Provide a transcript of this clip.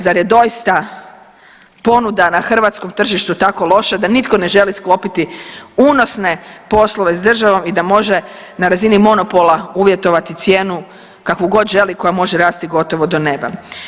Zar je doista ponuda na hrvatskom tržištu tako loša da nitko ne želi sklopiti unosne poslove s državom i da može na razini monopola uvjetovati cijenu kakvu god želi, koja može rasti gotovo do neba.